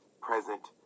present